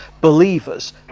believers